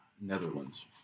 Netherlands